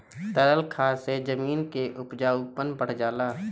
तरल खाद से जमीन क उपजाऊपन बढ़ जाला